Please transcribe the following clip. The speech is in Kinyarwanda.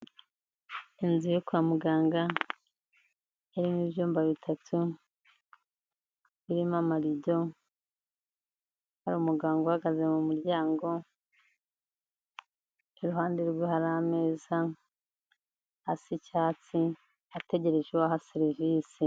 Inzu yo kwa muganga irimo ibyumba bitatu, irimo amarido hari umuganga uhagaze mu muryango iruhande rwe hari ameza asi icyatsi ategereje uwo aha serivisi.